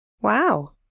Wow